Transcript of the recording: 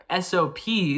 SOPs